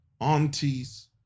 aunties